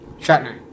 Shatner